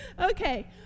Okay